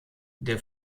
der